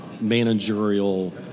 managerial